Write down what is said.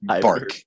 bark